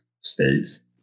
states